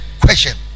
question